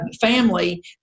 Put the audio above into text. family